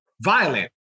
violent